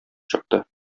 чыкты